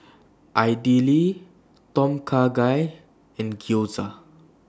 Idili Tom Kha Gai and Gyoza